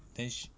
then she